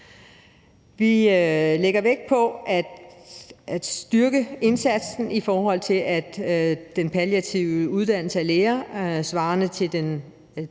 Vi lægger vægt på at styrke indsatsen for, at den palliative uddannelse af læger svarende til den